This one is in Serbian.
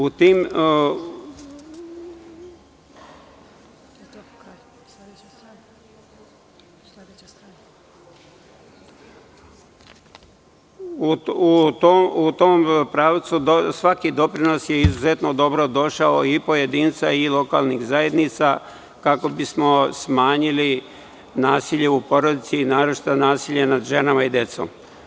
U tom pravcu svaki doprinos je izuzetno dobrodošao i pojedinca i lokalnih zajednica, kako bismo smanjili nasilje u porodici, a naročito nasilje nad ženama i decom.